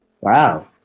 Wow